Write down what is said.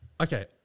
Okay